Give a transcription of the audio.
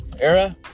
era